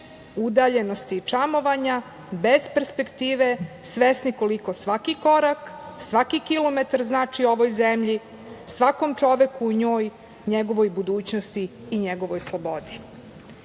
udaljenosti i čamovanja bez perspektive, svesni koliko svaki korak, svaki kilometar znači ovoj zemlji, svakom čoveku u njoj, njegovoj budućnosti i njegovoj slobodi.“Mi